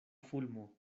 fulmo